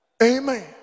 amen